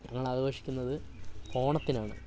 ഞങ്ങളാഘോഷിക്കുന്നത് ഓണത്തിനാണ്